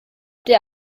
der